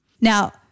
Now